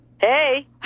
hey